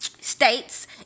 States